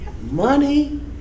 money